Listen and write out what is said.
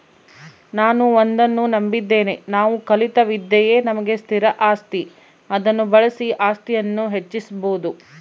ನಾನು ಒಂದನ್ನು ನಂಬಿದ್ದೇನೆ ನಾವು ಕಲಿತ ವಿದ್ಯೆಯೇ ನಮಗೆ ಸ್ಥಿರ ಆಸ್ತಿ ಅದನ್ನು ಬಳಸಿ ಆಸ್ತಿಯನ್ನು ಹೆಚ್ಚಿಸ್ಬೋದು